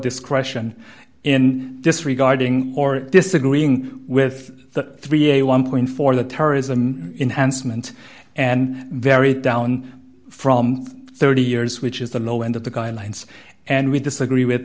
discretion in disregarding or disagreeing with the three a one point for the terrorism enhanced meant and very down from thirty years which is the low end of the guidelines and we disagree with